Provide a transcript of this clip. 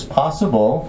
possible